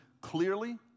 clearly